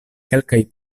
kelkaj